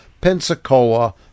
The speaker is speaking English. Pensacola